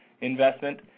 investment